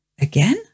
Again